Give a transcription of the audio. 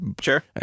Sure